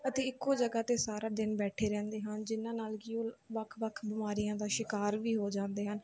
ਅਤੇ ਇੱਕੋ ਜਗ੍ਹਾ 'ਤੇ ਸਾਰਾ ਦਿਨ ਬੈਠੇ ਰਹਿੰਦੇ ਹਨ ਜਿਹਨਾਂ ਨਾਲ ਕਿ ਉਹ ਵੱਖ ਵੱਖ ਬਿਮਾਰੀਆਂ ਦਾ ਸ਼ਿਕਾਰ ਵੀ ਹੋ ਜਾਂਦੇ ਹਨ